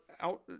out